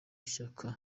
ishyaka